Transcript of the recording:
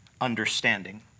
understanding